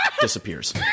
Disappears